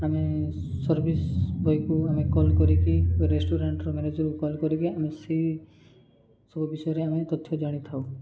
ଆମେ ସର୍ଭିସ୍ ବଏକୁ ଆମେ କଲ୍ କରିକି ରେଷ୍ଟୁରାଣ୍ଟ୍ର ମ୍ୟାନେଜର୍କୁ କଲ୍ କରିକି ଆମେ ସେଇ ସବୁ ବିଷୟରେ ଆମେ ତଥ୍ୟ ଜାଣିଥାଉ